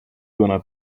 gonna